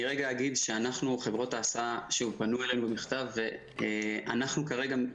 בנוגע לחברות ההסעים - אנחנו מכירים את הסוגיה.